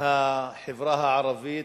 החברה הערבית.